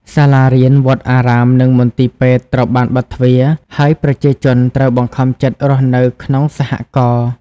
សាលារៀន វត្តអារាម និងមន្ទីរពេទ្យត្រូវបានបិទទ្វារ ហើយប្រជាជនត្រូវបង្ខំចិត្តរស់នៅក្នុង សហករណ៍។